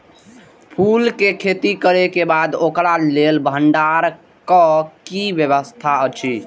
फूल के खेती करे के बाद ओकरा लेल भण्डार क कि व्यवस्था अछि?